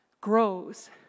grows